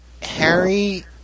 Harry